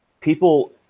people